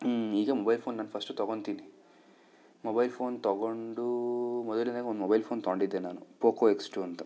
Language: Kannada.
ಈಗ ಮೊಬೈಲ್ ಫೋನ್ ನಾನು ಫರ್ಸ್ಟು ತೊಗೊಳ್ತೀನಿ ಮೊಬೈಲ್ ಫೋನ್ ತೊಗೊಂಡು ಮೊದಲನೇದಾಗಿ ಒಂದು ಮೊಬೈಲ್ ಫೋನ್ ತೊಗೊಂಡಿದ್ದೆ ನಾನು ಪೋಕೋ ಎಕ್ಸ್ ಟೂ ಅಂತ